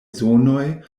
zonoj